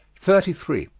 thirty three.